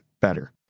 better